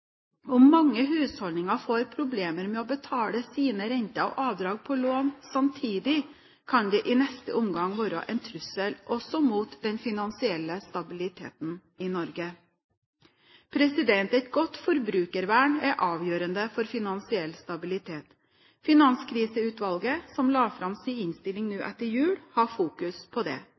Om mange husholdninger får problemer med å betale sine renter og avdrag på lån samtidig, kan det i neste omgang være en trussel også mot den finansielle stabiliteten i Norge. Et godt forbrukervern er avgjørende for finansiell stabilitet. Finanskriseutvalget, som la fram sin innstilling nå etter jul, har fokus på det.